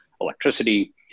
electricity